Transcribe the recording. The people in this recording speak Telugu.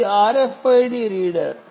ఇది RFID రీడర్